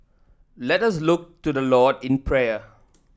let us look to the Lord in prayer